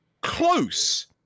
close